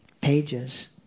pages